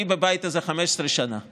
אני בבית הזה 15 שנה כמעט,